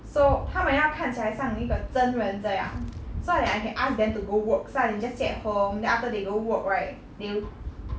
so 它们要看起来像一个真人这样 so that I can ask them to go work so I can just sit at home then after they go work right they'll